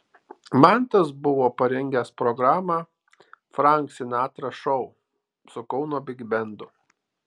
mantas buvo parengęs programą frank sinatra šou su kauno bigbendu